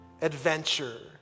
adventure